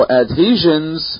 adhesions